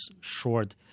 short